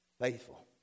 faithful